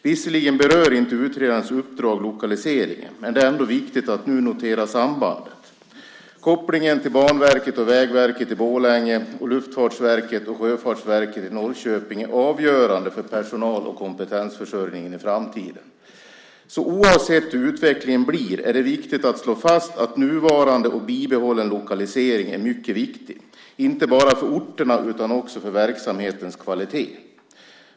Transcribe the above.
Visserligen berör inte utredarens uppdrag lokaliseringen, men det är ändå viktigt att nu notera sambandet. Kopplingen till Banverket och Vägverket i Borlänge och Luftfartsverket och Sjöfartsverket i Norrköping är avgörande för personal och kompetensförsörjningen i framtiden. Oavsett hur utvecklingen blir är det viktigt att slå fast att nuvarande och bibehållen lokalisering är mycket viktig, inte bara för orterna utan också för verksamhetens kvalitet.